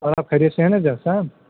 اور آپ خیریت سے ہیں نا جج صاحب